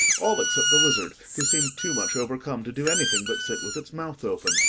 all except the lizard, who seemed too much overcome to do anything but sit with its mouth open,